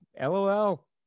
LOL